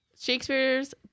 Shakespeare's